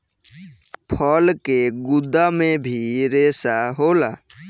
फल के गुद्दा मे भी रेसा होला